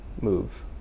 move